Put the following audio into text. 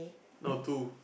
no two